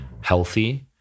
healthy